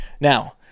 Now